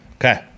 Okay